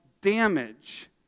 damage